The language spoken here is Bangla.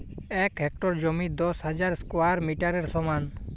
এক হেক্টর জমি দশ হাজার স্কোয়ার মিটারের সমান